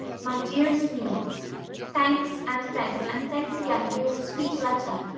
my dearest mina thanks, and thanks, and thanks again for your sweet letter.